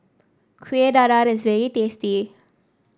Kueh Dadar is very tasty